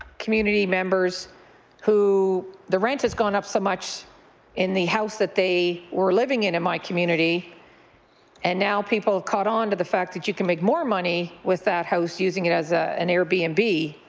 community members who the rent has gone up so much in the house that they were living in in my community and now people have caught on to the fact that you can make more money with that house using it as ah an air b and b